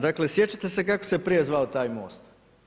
Dakle sjećate se kako se prije zvao taj most?